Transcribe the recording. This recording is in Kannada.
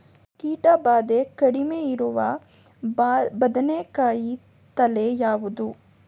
ಕೀಟ ಭಾದೆ ಕಡಿಮೆ ಇರುವ ಬದನೆಕಾಯಿ ತಳಿ ಯಾವುದು?